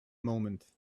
moment